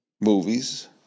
movies